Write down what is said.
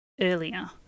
earlier